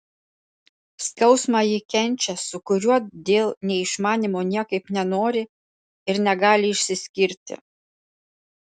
skausmą ji kenčia su kuriuo dėl neišmanymo niekaip nenori ir negali išsiskirti